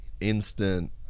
instant